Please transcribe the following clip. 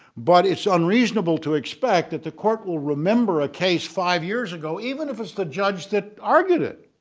but it's unreasonable to expect that the court will remember a case five years ago even if it's the judge that argued it